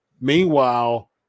Meanwhile